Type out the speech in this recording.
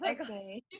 okay